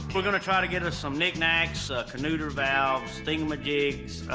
we're going to try to get us some knickknacks, canooter valves, thingamajigs,